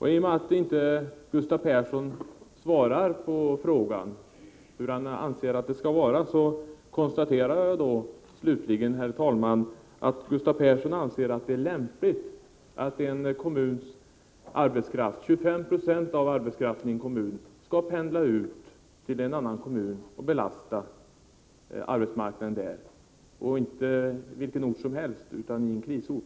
I och med att Gustav Persson inte svarar på frågan, hur han anser att det skall vara, konstaterar jag slutligen att Gustav Persson anser att det är lämpligt att 25 90 av arbetskraften i en kommun skall pendla ut till en annan kommun och belasta arbetsmarknaden där. Och det gäller inte vilken ort som helst, utan en krisort.